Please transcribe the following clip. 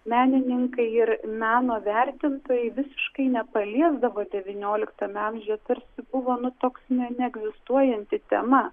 menininkai ir meno vertintojai visiškai nepaliesdavo devynioliktame amžiuje tarsi buvo nu toks ne neegzistuojanti tema